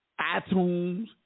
iTunes